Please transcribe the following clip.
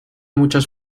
muchos